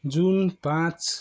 जुन पाँच